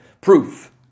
proof